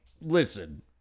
listen